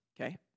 okay